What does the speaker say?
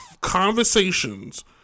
conversations